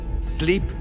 sleep